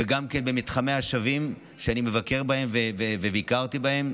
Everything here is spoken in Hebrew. וגם במתחמי השבים שאני מבקר בהם וביקרתי בהם,